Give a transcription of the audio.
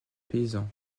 paysans